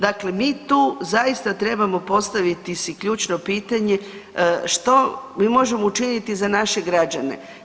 Dakle, mi tu zaista trebamo postaviti si ključno pitanje što mi možemo učiniti za naše građane?